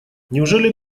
неужели